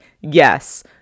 yes